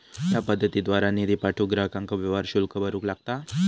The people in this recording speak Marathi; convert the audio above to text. या पद्धतीद्वारा निधी पाठवूक ग्राहकांका व्यवहार शुल्क भरूक लागता